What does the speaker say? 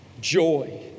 Joy